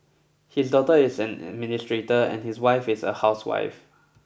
his daughter is an administrator and his wife is a housewife